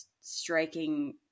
striking